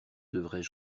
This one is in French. devrais